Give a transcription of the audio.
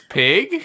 pig